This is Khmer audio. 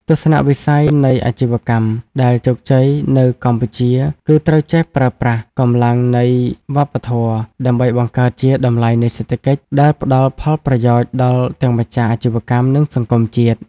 ទស្សនវិស័យនៃអាជីវកម្មដែលជោគជ័យនៅកម្ពុជា គឺត្រូវចេះប្រើប្រាស់ "កម្លាំងនៃវប្បធម៌" ដើម្បីបង្កើតជា "តម្លៃនៃសេដ្ឋកិច្ច" ដែលផ្តល់ផលប្រយោជន៍ដល់ទាំងម្ចាស់អាជីវកម្ម និងសង្គមជាតិ។